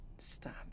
Stop